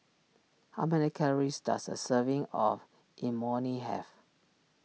how many calories does a serving of Imoni have